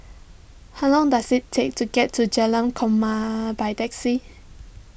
how long does it take to get to Jalan Korma by taxi